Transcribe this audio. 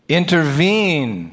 intervene